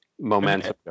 momentum